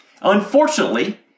Unfortunately